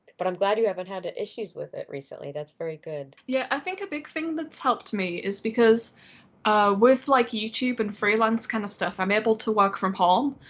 but i'm glad you haven't had it issues with it recently. that's very good. yeah, i think a big thing that's helped me is because with like youtube youtube and freelance kind of stuff. i'm able to work from home.